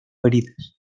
heridas